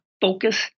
focus